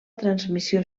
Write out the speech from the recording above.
transmissió